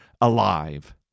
alive